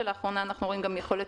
ולאחרונה אנחנו רואים גם שיכולת